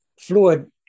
fluid